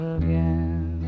again